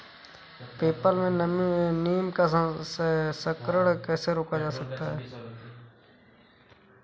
People में नीम का संकरण कैसे रोका जा सकता है?